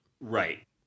Right